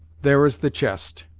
there is the chest.